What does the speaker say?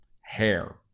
hair